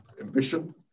ambition